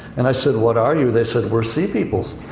and i said, what are you? they said, we're sea peoples.